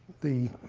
the